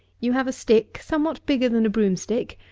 you have a stick, somewhat bigger than a broom-stick,